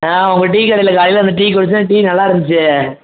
உங்கள் டீக்கடையில் காலையில் வந்து டீ குடித்தோம் டீ நல்லாயிருந்துச்சி